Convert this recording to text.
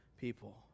people